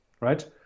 right